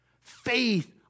faith